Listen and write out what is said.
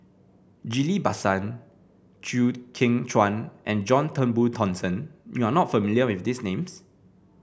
Ghillie Basan Chew Kheng Chuan and John Turnbull Thomson you are not familiar with these names